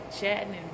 chatting